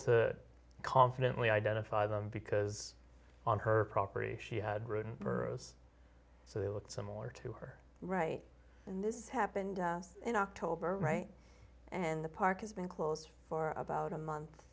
to confidently identify them because on her property she had ridden burrows so they looked similar to her right and this happened in october right in the park has been closed for about a month